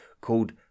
called